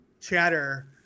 chatter